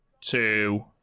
two